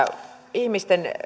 ihmisten